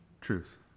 truth